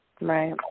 Right